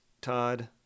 Todd